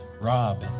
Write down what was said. Rob